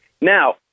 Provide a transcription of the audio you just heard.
Now